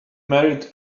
married